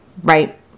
right